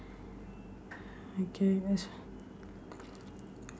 okay that's